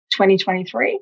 2023